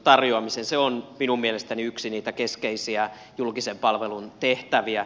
se on minun mielestäni yksi niitä keskeisiä julkisen palvelun tehtäviä